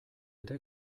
ere